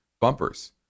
bumpers